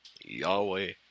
Yahweh